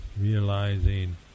realizing